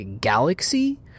galaxy